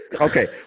Okay